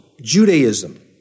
Judaism